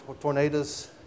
tornadoes